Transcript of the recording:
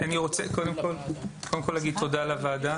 כן, אני רוצה קודם להגיד תודה לוועדה.